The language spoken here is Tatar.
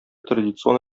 традицион